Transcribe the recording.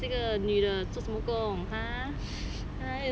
eh 这个女的做什么工 !huh!